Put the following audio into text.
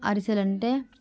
అరిసెలు అంటే